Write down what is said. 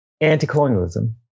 anti-colonialism